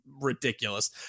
ridiculous